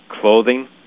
clothing